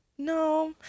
no